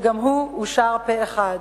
שגם הוא אושר פה אחד,